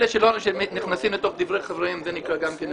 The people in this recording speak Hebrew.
אלה שנכנסים לתוך דברי חבריהם זה נקרא גם כן לבזות.